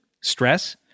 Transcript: stress